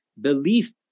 belief